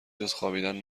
جزخوابیدن